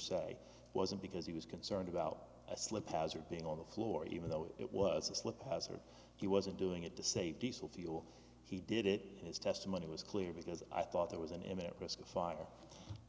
se wasn't because he was concerned about a slip hazard being on the floor even though it was a slip hazard he wasn't doing it to save diesel fuel he did it his testimony was clear because i thought there was an immediate risk of fire